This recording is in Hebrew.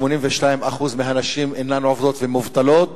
82% מהנשים אינן עובדות ומובטלות.